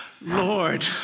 Lord